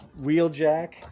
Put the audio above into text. Wheeljack